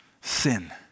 sin